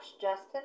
Justin